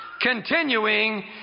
Continuing